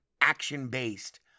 action-based